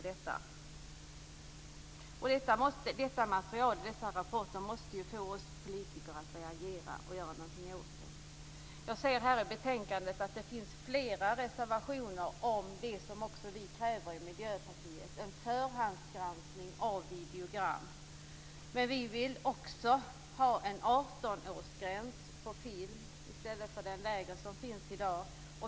Dessa rapporter måste ju få oss politiker att reagera och göra någonting åt det. Jag ser i betänkandet att det finns flera reservationer om det som också vi i Miljöpartiet kräver, en förhandsgranskning av videogram. Men vi vill också ha en 18-årsgräns för film, i stället för den lägre som finns i dag.